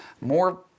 more